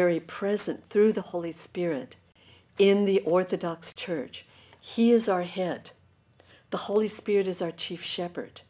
very present through the holy spirit in the orthodox church he is our head the holy spirit is our chief shepherd